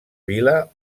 vila